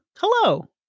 hello